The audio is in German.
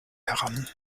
heran